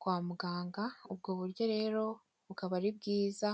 kwa muganga, ubwo buryo rero bukaba ari bwiza...